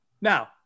Now